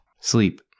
Sleep